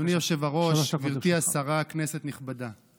אדוני היושב-ראש, גברתי השרה, כנסת נכבדה,